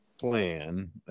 plan